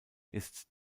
ist